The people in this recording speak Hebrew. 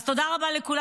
אז תודה רבה לכולם.